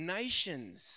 nations